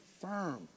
firm